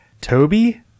toby